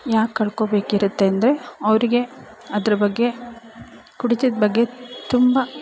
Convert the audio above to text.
ಯಾಕೆ ಕಳ್ಕೊಬೇಕಿರುತ್ತೆ ಅಂದರೆ ಅವರಿಗೆ ಅದ್ರ ಬಗ್ಗೆ ಕುಡಿತದ ಬಗ್ಗೆ ತುಂಬ